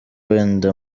wenda